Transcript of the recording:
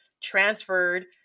transferred